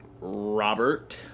Robert